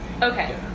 Okay